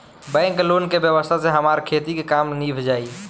bank के loan के व्यवस्था से हमार खेती के काम नीभ जाई